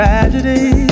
Tragedy